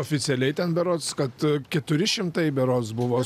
oficialiai ten berods kad keturi šimtai berods buvo